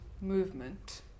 movement